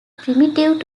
primitive